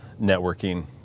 networking